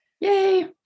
Yay